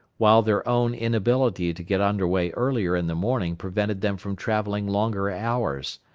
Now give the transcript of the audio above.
while their own inability to get under way earlier in the morning prevented them from travelling longer hours.